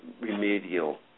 Remedial